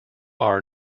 are